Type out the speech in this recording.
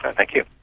ah thank you.